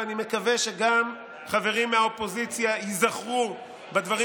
ואני מקווה שגם חברים מהאופוזיציה ייזכרו בדברים